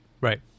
Right